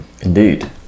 Indeed